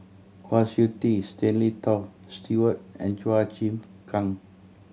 Kwa Siew Tee Stanley Toft Stewart and Chua Chim Kang